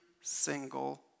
single